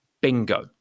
bingo